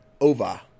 over